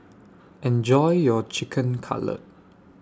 Enjoy your Chicken Cutlet